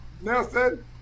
Nelson